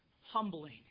humbling